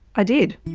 i did.